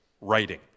writing